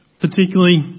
Particularly